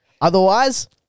Otherwise